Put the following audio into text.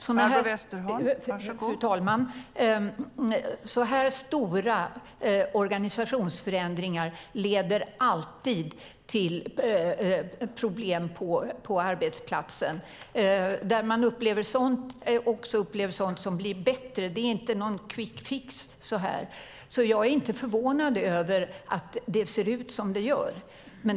Fru talman! Så här stora organisationsförändringar leder alltid till problem på arbetsplatser. Man upplever försämringar men man upplever också sådant som blir bättre. Det är inte någon quick fix. Jag är inte förvånad över att det ser ut som det gör.